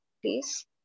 please